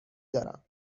دارم